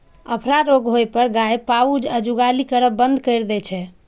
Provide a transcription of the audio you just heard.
अफरा रोग होइ पर गाय पाउज या जुगाली करब बंद कैर दै छै